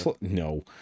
no